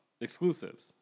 exclusives